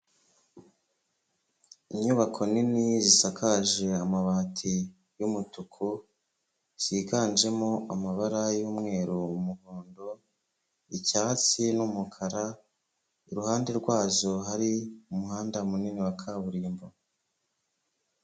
Inyubako nini zisakaje amabati y'umutuku, ziganjemo amabara y'umweru, umuhondo, icyatsi n'umukara, iruhande rwazo hari umuhanda munini wa kaburimbo.